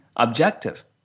Objective